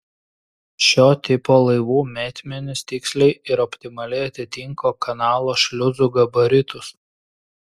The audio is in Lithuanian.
šio tipo laivų metmenys tiksliai ir optimaliai atitinka kanalo šliuzų gabaritus